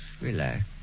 relax